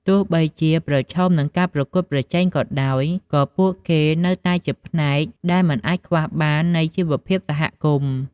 ទោះបីជាប្រឈមនឹងការប្រកួតប្រជែងក៏ដោយ ក៏ពួកគេនៅតែជាផ្នែកដែលមិនអាចខ្វះបាននៃជីវភាពសហគមន៍។